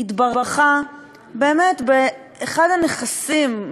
התברכה באחד הנכסים,